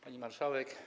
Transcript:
Pani Marszałek!